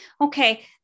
Okay